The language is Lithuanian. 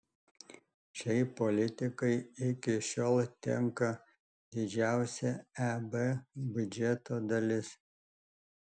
šiai politikai iki šiol tenka didžiausia eb biudžeto dalis